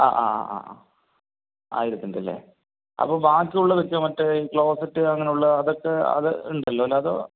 ആ ആ ആ ആയിരത്തിൻ്റെയല്ലേ